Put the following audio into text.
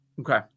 Okay